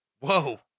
Whoa